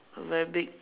very big